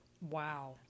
wow